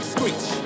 Screech